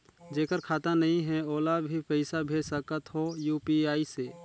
जेकर खाता नहीं है ओला भी पइसा भेज सकत हो यू.पी.आई से?